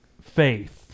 faith